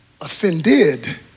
Offended